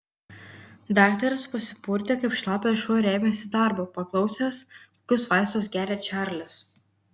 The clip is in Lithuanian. daktaras pasipurtė kaip šlapias šuo ir ėmėsi darbo paklausęs kokius vaistus geria čarlis